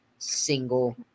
single